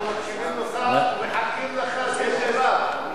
אנחנו מקשיבים לך ומחכים לך קשב רב.